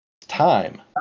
Time